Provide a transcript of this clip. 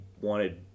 wanted